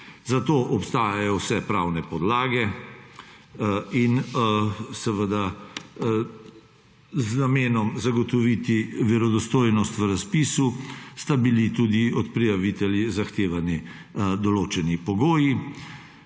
Za to obstajajo vse pravne podlage. Z namenom zagotoviti verodostojnost v razpisu, so bili tudi od prijaviteljev zahtevani določeni pogoji.